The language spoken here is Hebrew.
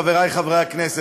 חברי חברי הכנסת,